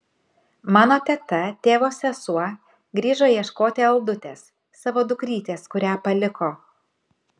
mano teta tėvo sesuo grįžo ieškoti aldutės savo dukrytės kurią paliko